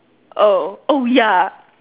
oh oh ya